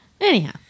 anyhow